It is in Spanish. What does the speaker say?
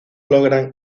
logran